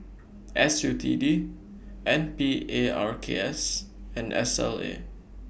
S U T D N P A R K S and S L A